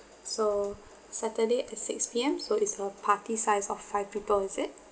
so saturday at six P_M so it's a party size of five people is it